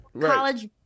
college